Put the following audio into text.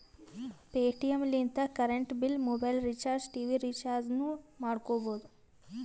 Paytm ಲಿಂತ current bill, mobile recharge, TV ರಿಚಾರ್ಜನೂ ಮಾಡ್ಕೋಬೋದು